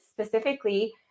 specifically